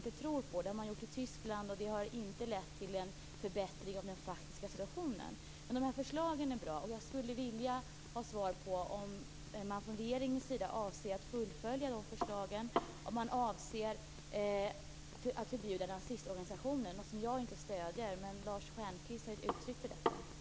Det har man gjort i Tyskland, och det har inte lett till en förbättring av den faktiska situationen. Men förslagen är bra. Jag skulle vilja ha svar på om man från regeringens sida avser att fullfölja de förslagen och om man avser att förbjuda nazistorganisationer - något som jag inte stöder. Men Lars Stjernkvist har ju givit uttryck för detta.